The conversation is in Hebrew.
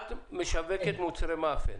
את משווקת מוצרי מאפה.